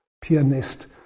pianist